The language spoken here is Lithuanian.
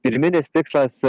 pirminis tikslas